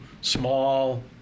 small